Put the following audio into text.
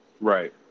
Right